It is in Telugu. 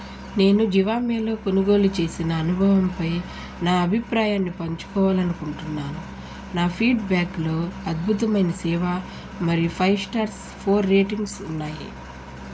నేను జివామేలో కొనుగోలు చేసిన అనుభవంపై నా అభిప్రాయాన్ని పంచుకోవాలి అనుకుంటున్నాను నా ఫీడ్బ్యాక్లో అద్భుతమైన సేవ మరియు ఫైవ్ స్టార్స్ ఫోర్ రేటింగ్స్ ఉన్నాయి